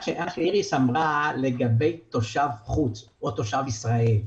מה שאיריס אמרה לגבי תושב חוץ או תושב ישראל,